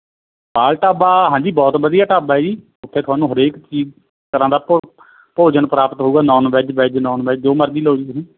ਪਾਲ ਢਾਬਾ ਹਾਂਜੀ ਬਹੁਤ ਵਧੀਆ ਢਾਬਾ ਹੈ ਜੀ ਉੱਥੇ ਤੁਹਾਨੂੰ ਹਰੇਕ ਚੀਜ਼ ਤਰ੍ਹਾਂ ਦਾ ਭੋਜ ਭੋਜਨ ਪ੍ਰਾਪਤ ਹੋਵੇਗਾ non veg veg non veg ਜੋ ਮਰਜ਼ੀ ਲਓ ਜੀ ਤੁਸੀਂ